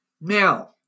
Now